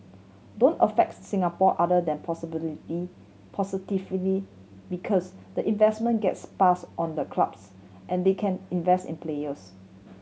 don't affects Singapore other than possibility positively because the investment gets passed on the clubs and they can invest in players